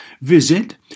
Visit